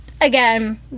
again